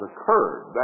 occurred